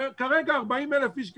כרגע 40,000 איש כאלה,